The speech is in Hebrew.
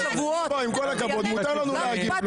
עם כל הכבוד, מותר לנו להגיב.